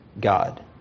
God